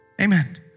amen